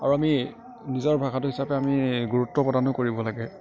আৰু আমি নিজৰ ভাষাটো হিচাপে আমি গুৰুত্ব প্ৰদানো কৰিব লাগে